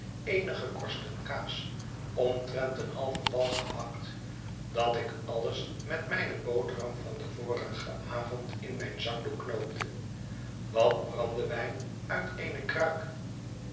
eenige korsten kaas omtrent een halven bal gehakt dat ik alles met mijne boterham van den vorigen avond in mijn zakdoek knoopte wat brandewijn uit eene kruik